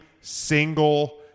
single